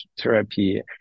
therapy